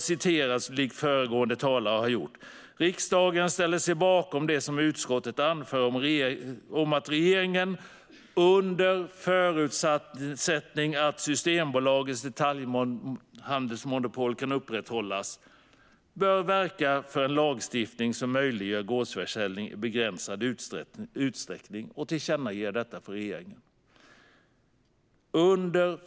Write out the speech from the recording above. Liksom föregående talare vill jag citera följande: "Riksdagen ställer sig bakom det som utskottet anför om att regeringen, under förutsättning att Systembolagets detaljhandelsmonopol kan upprätthållas, bör verka för en lagstiftning som möjliggör gårdsförsäljning i begränsad utsträckning och tillkännager detta för regeringen."